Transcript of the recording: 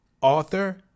author